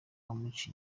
umuca